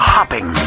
Hopping